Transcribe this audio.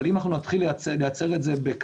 אבל אם אנחנו נתחיל לייצר את זה בקטן,